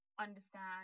understand